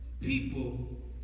People